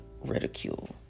ridicule